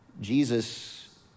Jesus